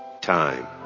Time